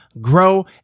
grow